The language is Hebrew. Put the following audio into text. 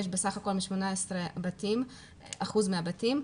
ב-18 אחוזים מהבתים.